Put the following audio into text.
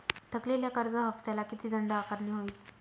थकलेल्या कर्ज हफ्त्याला किती दंड आकारणी होईल?